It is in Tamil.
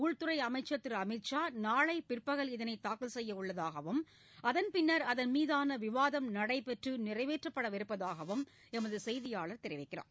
உள்துறை அமைச்சர் திரு அமித் ஷா நாளை பிற்பகல் இதனை தாக்கல் செய்ய உள்ளதாகவும் அதன்பின்னர் அதன் மீதான விவாதம் நடைபெற்று நிறைவேற்றப்படவிருப்பதாகவும் எமது செய்தியாளர் தெரிவிக்கிறார்